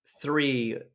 three